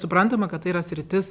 suprantama kad tai yra sritis